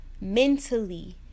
mentally